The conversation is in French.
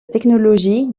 technologie